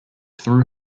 through